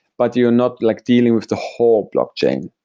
but you're not like dealing with the whole blockchain.